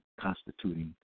constituting